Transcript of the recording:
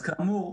אז כאמור,